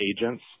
agents